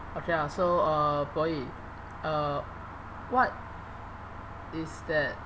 okay lah so uh boy uh what is that